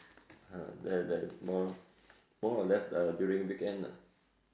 ha that that's more more or less uh during weekend lah